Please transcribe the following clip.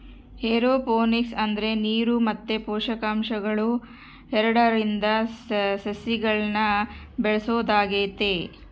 aeroponics ಅಂದ್ರ ನೀರು ಮತ್ತೆ ಪೋಷಕಾಂಶಗಳು ಎರಡ್ರಿಂದ ಸಸಿಗಳ್ನ ಬೆಳೆಸೊದಾಗೆತೆ